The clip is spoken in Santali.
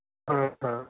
ᱦᱮᱸ ᱦᱮᱸ